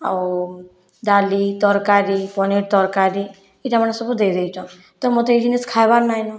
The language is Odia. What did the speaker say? ଆଉ ଡାଲି ତରକାରୀ ପନିର ତରକାରୀ ଏହିଟା ମାନେ ସବୁ ଦେଇ ଦେଇଛନ୍ ତ ମୋତେ ଇ ଜିନିଷ୍ ଖାଇବାର୍ ନାଇଁନ